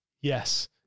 yes